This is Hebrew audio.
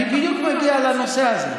אני בדיוק מגיע לנושא הזה.